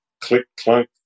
click-clunk